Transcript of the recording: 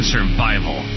Survival